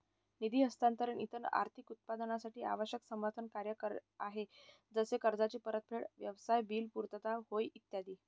निधी हस्तांतरण इतर आर्थिक उत्पादनांसाठी आवश्यक समर्थन कार्य आहे जसे कर्जाची परतफेड, व्यवसाय बिल पुर्तता होय ई